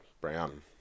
Brown